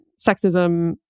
sexism